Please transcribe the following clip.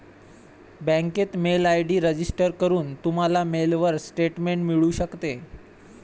बँकेत mail ID register करून, तुम्हाला मेलवर स्टेटमेंट मिळू शकते